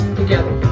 together